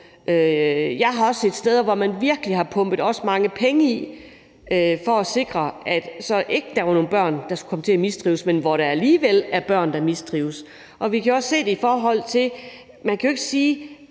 Jeg har også set steder, hvor man virkelig har pumpet mange penge i det for at sikre, at der ikke var nogen børn, der skulle komme til at mistrives, men hvor der alligevel er børn, der mistrives. Og man jo ikke sige,